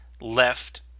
left